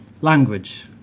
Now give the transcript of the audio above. language